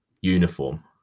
uniform